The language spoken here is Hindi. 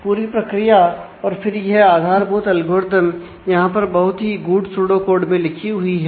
पूरी प्रक्रिया और फिर यह आधारभूत एल्गोरिदम यहां पर बहुत ही गुढ सुडोकोड में लिखी हुई है